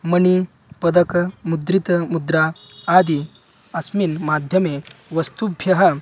मणिपदकमुद्रितमुद्रा आदि अस्मिन् माध्यमे वस्तुभ्यः